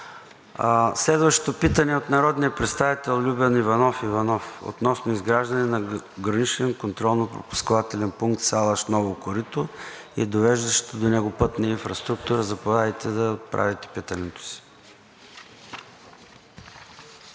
Следващото питане е от народния представител Любен Иванов Иванов относно изграждане на Граничен контролно-пропускателен пункт Салаш – Ново Корито и довеждащата до него пътна инфраструктура. Заповядайте да отправите питането си.